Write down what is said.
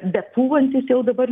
bepūvantis jau dabar